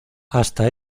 hasta